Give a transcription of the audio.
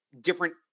different